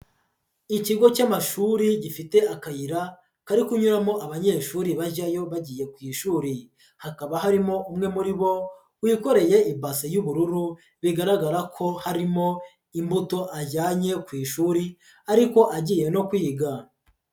Ikigo cy'amashuri gifite akayira kari kunyuramo abanyeshuri bajyayo bagiye ku ishuri, hakaba harimo umwe muri bo wikoreye ibasi y'ubururu, bigaragara ko harimo imbuto ajyanye ku ishuri ariko agiye no kwiga.